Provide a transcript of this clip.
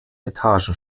etagen